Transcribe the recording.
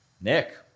Nick